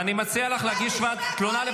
תתבייש, שקרן,